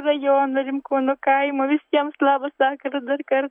rajono rimkūnų kaimo visiems labas vakaras darkart